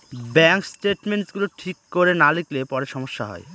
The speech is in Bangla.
ব্যাঙ্ক স্টেটমেন্টস গুলো ঠিক করে না লিখলে পরে সমস্যা হয়